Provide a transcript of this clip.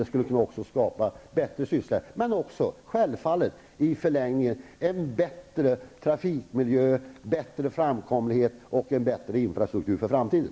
De skulle kunna skapa bättre sysselsättning men självfallet i förlängningen också en förbättrad trafikmiljö, en ökad framkomlighet och en förstärkt infrastruktur för framtiden.